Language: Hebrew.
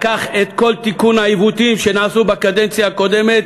לקח את כל תיקוני העיוותים שנעשו בקדנציה הקודמת,